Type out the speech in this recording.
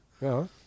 Ja